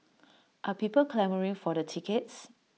are people clamouring for the tickets